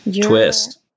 Twist